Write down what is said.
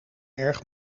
erg